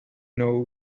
know